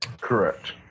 Correct